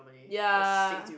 ya